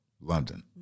London